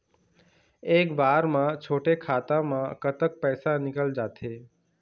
एक बार म छोटे खाता म कतक पैसा निकल जाथे?